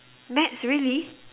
maths really